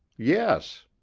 yes.